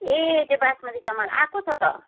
ए त्यो बासमती चामल आएको छ त